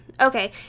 okay